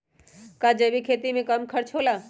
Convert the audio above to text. का जैविक खेती में कम खर्च होला?